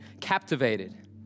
captivated